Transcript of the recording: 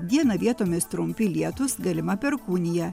dieną vietomis trumpi lietūs galima perkūnija